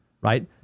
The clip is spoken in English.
right